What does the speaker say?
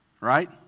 right